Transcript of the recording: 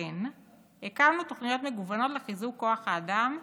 לכן הקמנו תוכניות מגוונות לחיזוק כוח האדם,